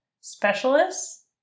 specialists